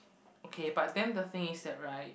okay but then the thing is that right